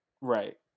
right